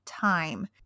time